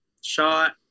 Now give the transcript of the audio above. shot